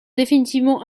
définitivement